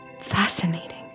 fascinating